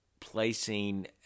Placing